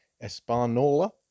Espanola